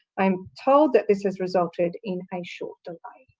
i am told that this has resulted in a short delay.